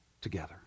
together